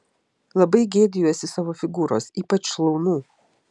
labai gėdijuosi savo figūros ypač šlaunų